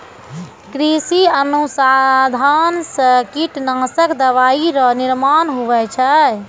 कृषि अनुसंधान से कीटनाशक दवाइ रो निर्माण हुवै छै